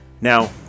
Now